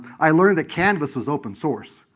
i learned that canvas was open-source,